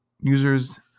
users